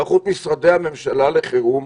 היערכות משרדי הממשלה לחירום,